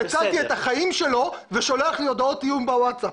שהצלתי את החיים שלו ושולח לי הודעות איום בווטסאפ.